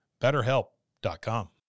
BetterHelp.com